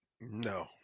No